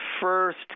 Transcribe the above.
first